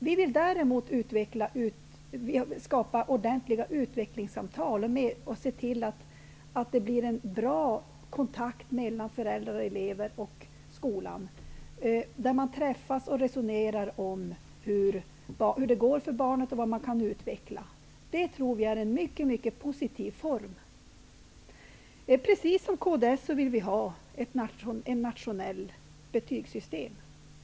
Vi vill däremot skapa ordentliga utvecklingssamtal och se till att föräldrar och elever får en bra kontakt med skolan, att man träffas och resonerar om hur det går för barnet och vad man kan utveckla. Det tror vi är en mycket positiv form. Precis som kds vill vi ha ett nationellt betygssystem.